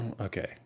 Okay